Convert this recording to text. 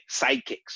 sidekicks